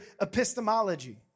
epistemology